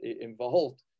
involved